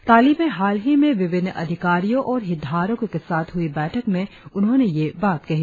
ताली में हालही में विभिन्न अधिकारियों और हितधारकों के साथ हुई बैठक में उन्होंने ये बात कहीं